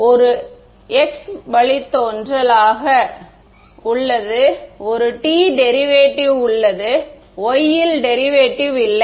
எனவே ஒரு x வழித்தோன்றல் ஆக உள்ளது ஒரு t டெரிவேட்டிவ் உள்ளது y ல் டெரிவேட்டிவ் இல்லை